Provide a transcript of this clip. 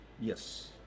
Yes